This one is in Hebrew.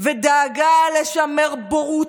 ודאגה לשמר בורות,